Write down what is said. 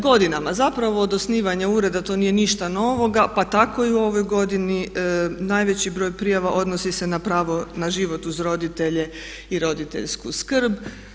Godinama, zapravo od osnivanja ureda to nije nešto novoga, pa tako i ovoj godini najveći broj prijava odnosi se na pravo na život uz roditelje i roditeljsku skrb.